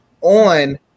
on